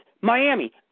Miami